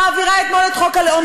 העבירה אתמול את חוק הלאום,